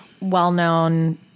well-known